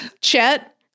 Chet